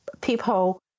people